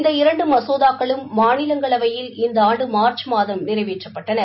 இந்த இரண்டு மசோதாக்களும் மாநிலங்களவையில் இந்த ஆண்டு மார்ச் மாதம் நிறைவேற்றப்பட்டன